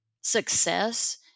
success